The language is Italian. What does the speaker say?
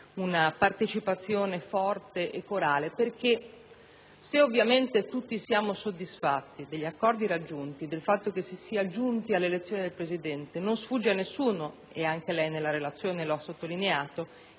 una partecipazione forte e corale. Tutti siamo soddisfatti degli accordi raggiunti, del fatto che si sia giunti all'elezione del Presidente, ma non sfugge a nessuno, e anche lei nella relazione lo ha sottolineato,